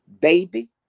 baby